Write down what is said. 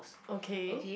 okay